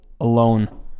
alone